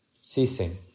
ceasing